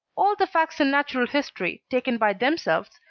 all the facts in natural history taken by themselves,